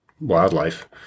wildlife